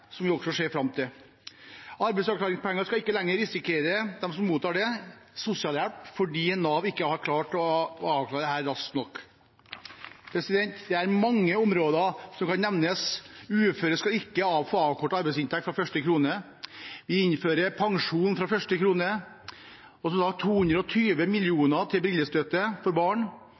som er noe vi ser fram til. De som mottar arbeidsavklaringspenger, skal ikke lenger risikere å ende opp på sosialhjelp fordi Nav ikke har klart å avklare dem raskt nok. Det er mange områder som kan nevnes: Uføre skal ikke få avkortet arbeidsinntekt fra første krone. Vi innfører pensjon fra første krone. Det blir som sagt 220 mill. kr til brillestøtte til barn.